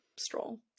stroll